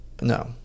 No